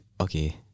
okay